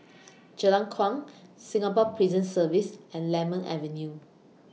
Jalan Kuang Singapore Prison Service and Lemon Avenue